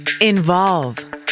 Involve